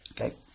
Okay